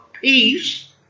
peace